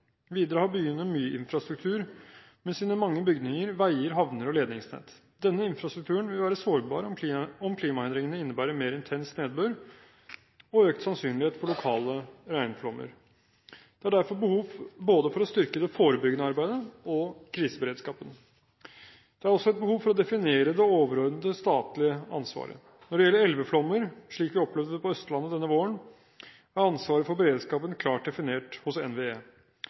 Byene har også mye infrastruktur, med sine mange bygninger, veier, havner og ledningsnett. Denne infrastrukturen vil være sårbar om klimaendringene innebærer mer intens nedbør og økt sannsynlighet for lokale regnflommer. Det er derfor behov for å styrke både det forebyggende arbeidet og kriseberedskapen. Det er også et behov for å definere det overordnede statlige ansvaret. Når det gjelder elveflommer, slik vi opplevde det på Østlandet denne våren, er ansvaret for beredskapen klart definert hos NVE.